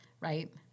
right